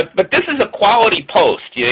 but this is a quality post. yeah